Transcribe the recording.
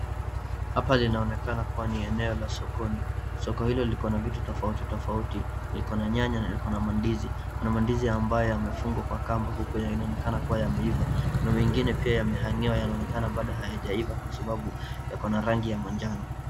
Hapa linaoneka kuwa ni eneo la sokoni soko hilo liko na vitu tofauti tofauti. Liko na nyanya na liko na mandizi kuna mandizi ambayo yamefungwa kwa kamba huku yanaonekana kuwa yameiva kuna mengine pia yame hangiwa bado hayajaiva kwa sababu yako na rangi ya manjano.